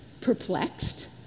perplexed